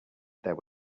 there